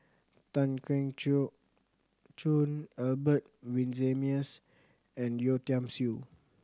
Tan Keong Choon Albert Winsemius and Yeo Tiam Siew